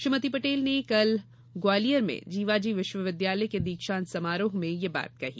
श्रीमती पटेल ने कल ग्वालियर में जीवाजी विश्वविद्यालय के दीक्षांत समारोह में यह बात कही